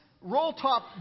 roll-top